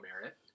merit